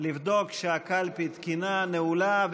ולבדוק שהקלפי תקינה, נעולה.